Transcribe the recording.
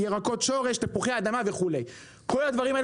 ירקות שורש,